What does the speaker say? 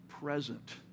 present